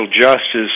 justice